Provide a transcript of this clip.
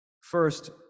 First